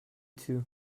too